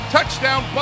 Touchdown